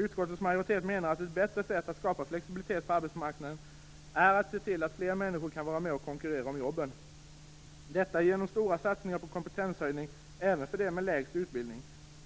Utskottets majoritet menar att ett bättre sätt att skapa flexibilitet på arbetsmarknaden är att se till att fler människor kan vara med och konkurrera om jobben; detta genom stora satsningar på kompetenshöjning även för dem med lägst utbildning.